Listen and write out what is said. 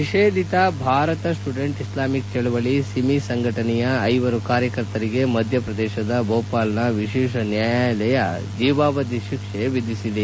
ನಿಷೇಧಿತ Bharat student Islamic ಚಳವಳಿ SIMI ಸಂಘಟನೆಯ ಐವರು ಕಾರ್ಯಕರ್ತರಿಗೆ ಮಧ್ಯಪ್ರದೇಶದ ಭೋಪಾಲ್ನ ವಿಶೇಷ ನ್ವಾಯಾಲಯ ಜೀವಾವಧಿ ಶಿಕ್ಷೆ ವಿಧಿಸಿದೆ